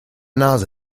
nase